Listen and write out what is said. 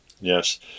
Yes